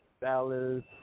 Dallas